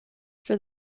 for